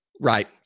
Right